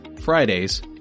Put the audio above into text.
Fridays